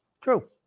True